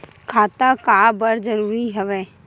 खाता का बर जरूरी हवे?